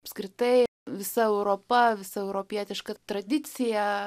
apskritai visa europa visa europietiška tradicija